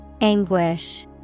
Anguish